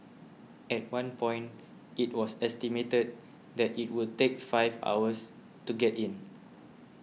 at one point it was estimated that it would take five hours to get in